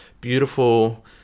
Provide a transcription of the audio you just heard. beautiful